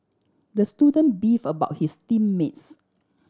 the student beef about his team mates